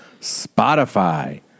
Spotify